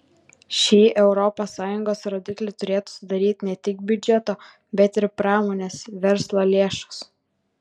šį europos sąjungos rodiklį turėtų sudaryti ne tik biudžeto bet ir pramonės verslo lėšos